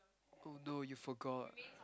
oh no you forgot